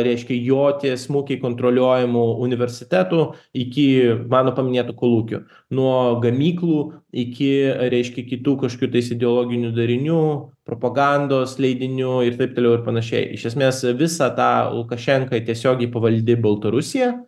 reiškia jo tiesmukai kontroliuojamų universitetų iki mano paminėtų kolūkių nuo gamyklų iki reiškia kitų kažkokių tais ideologinių darinių propagandos leidinių ir taip toliau ir panašiai iš esmės visa ta lukašenkai tiesiogiai pavaldi baltarusija